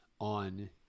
on